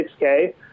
6K